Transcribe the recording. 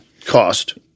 cost